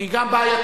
שהיא גם בעייתית,